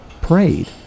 prayed